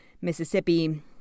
Mississippi